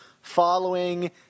following